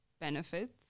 benefits